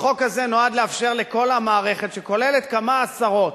החוק הזה נועד לאפשר לכל המערכת, שכוללת כמה עשרות